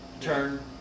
turn